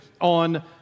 on